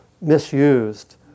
misused